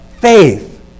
faith